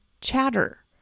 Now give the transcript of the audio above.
chatter